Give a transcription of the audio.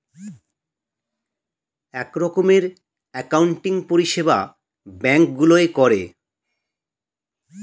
এক রকমের অ্যাকাউন্টিং পরিষেবা ব্যাঙ্ক গুলোয় করে